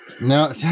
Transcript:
No